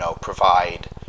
provide